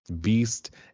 beast